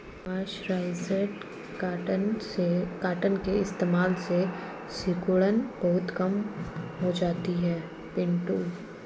mercerised cotton के इस्तेमाल से सिकुड़न बहुत कम हो जाती है पिंटू